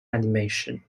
animation